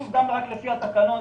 ושוב רק לפי התקנות.